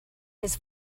his